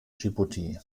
dschibuti